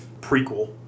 prequel